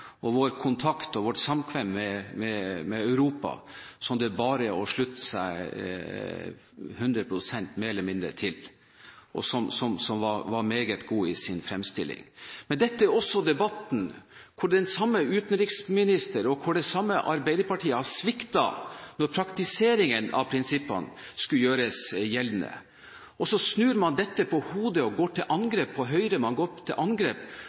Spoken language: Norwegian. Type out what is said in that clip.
og om vår kontakt og vårt samkvem med Europa som det bare er å slutte seg hundre prosent – mer eller mindre – til, og som var meget god i sin fremstilling. Men dette er også debatten hvor den samme utenriksministeren og det samme Arbeiderpartiet har sviktet når praktiseringen av prinsippene skulle gjøres gjeldene. Man snur dette på hodet og går til angrep på Høyre, man går til angrep